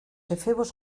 efebos